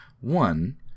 one